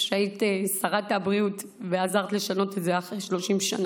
שהיית שרת הבריאות ועזרת לשנות את זה אחרי 30 שנה,